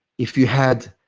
if you had